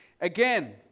Again